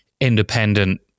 independent